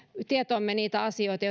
tietoomme niitä asioita